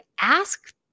ask